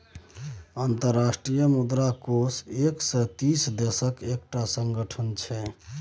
अंतर्राष्ट्रीय मुद्रा कोष एक सय तीस देशक एकटा संगठन छै